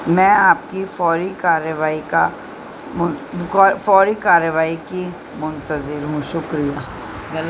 میں آپ کی فوری کارروائی کا فوری کارروائی کی منتظر ہوں شکریہ